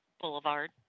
Boulevard